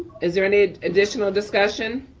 is there any additional discussion.